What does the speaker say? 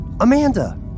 Amanda